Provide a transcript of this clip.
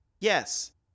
yes